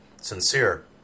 sincere